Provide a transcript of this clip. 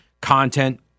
content